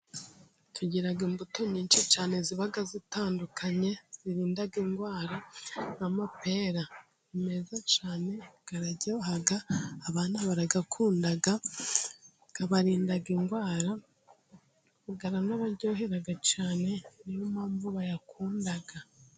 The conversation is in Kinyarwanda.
Tugira imbuto nyinshi cyane ziba zitandukanye zirinda indwara. Nk'amapera ni meza cyane araryoha, abana barayakunda abarinda indwara. Ngo aranabaryohera cyane ni yo mpamvu bayakunda.